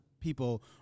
people